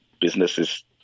businesses